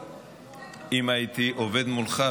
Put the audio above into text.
אם הייתי עובד מולך,